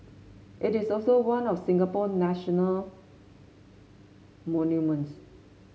it is also one of Singapore national monuments